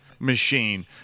machine